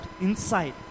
inside